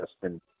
Justin